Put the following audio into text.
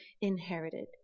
inherited